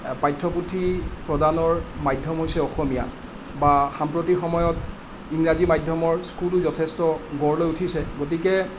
পাঠ্যপুথি প্ৰদানৰ মাধ্যম হৈছে অসমীয়া বা সাম্প্ৰতিক সময়ত ইংৰাজী মাধ্যমৰ স্কুলো যথেষ্ট গঢ় লৈ উঠিছে গতিকে